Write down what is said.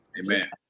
Amen